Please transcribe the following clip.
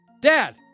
Dad